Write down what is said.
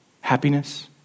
happiness